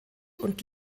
und